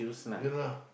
ya lah